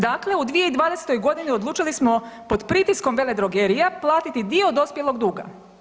Dakle, u 2020. godini odlučili smo pod pritiskom veledrogerija platiti dio dospjelog duga.